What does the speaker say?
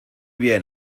bien